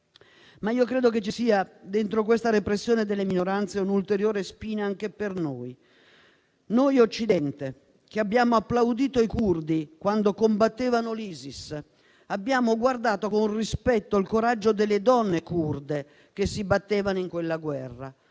Credo che ci sia, dentro questa repressione delle minoranze, un'ulteriore spina anche per noi: noi Occidente, che abbiamo applaudito i curdi quando combattevano l'Islamic State of Iraq and Syria (ISIS), abbiamo guardato con rispetto il coraggio delle donne curde che si battevano in quella guerra.